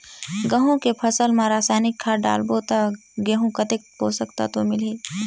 गंहू के फसल मा रसायनिक खाद डालबो ता गंहू कतेक पोषक तत्व मिलही?